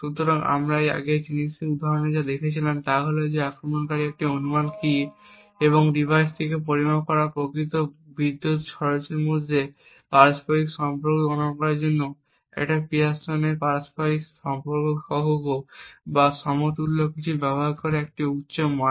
সুতরাং আমরা এই আগের উদাহরণে যা দেখেছিলাম তা হল যে আক্রমণকারী একটি অনুমান কী এবং ডিভাইস থেকে পরিমাপ করা প্রকৃত বিদ্যুত খরচের মধ্যে পারস্পরিক সম্পর্ক গণনা করার জন্য একটি পিয়ারসনের পারস্পরিক সম্পর্ক সহগ বা সমতুল্য কিছু ব্যবহার করে একটি উচ্চ মান